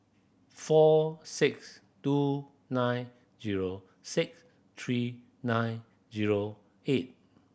four six two nine zero six three nine zero eight